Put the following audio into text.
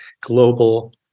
global